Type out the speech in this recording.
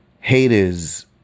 Haters